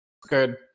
Good